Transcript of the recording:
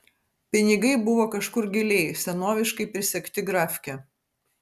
pinigai buvo kažkur giliai senoviškai prisegti grafke